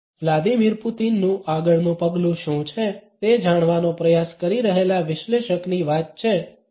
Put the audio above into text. Vladimir પુતિનનું આગળનું પગલું શું છે તે જાણવાનો પ્રયાસ કરી રહેલા વિશ્લેષકની વાત છે તો